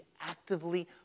actively